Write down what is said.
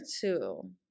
two